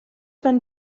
van